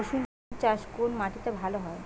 রুসুন চাষ কোন মাটিতে ভালো হয়?